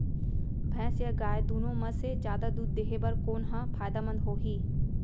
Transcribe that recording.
भैंस या गाय दुनो म से जादा दूध देहे बर कोन ह फायदामंद होही?